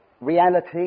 reality